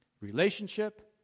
relationship